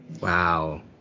Wow